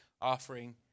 offering